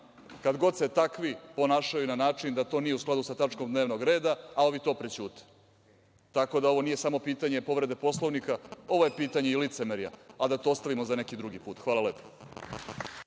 kad god se takvi ponašaju na način da to nije u skladu sa tačkom dnevnog reda, a ovi to prećute. Tako da, ovo nije samo pitanje povrede Poslovnika, ovo je pitanje i licemerja, ali da to ostavimo za neki drugi put. Hvala lepo.